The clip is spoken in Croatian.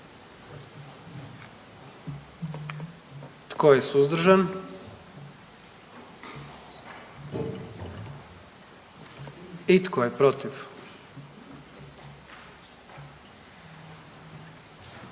Tko je suzdržan? I tko je protiv?